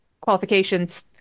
qualifications